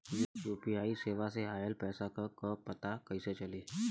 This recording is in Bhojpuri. यू.पी.आई सेवा से ऑयल पैसा क पता कइसे चली?